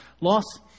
loss